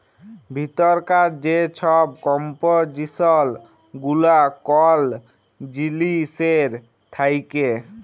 ভিতরকার যে ছব কম্পজিসল গুলা কল জিলিসের থ্যাকে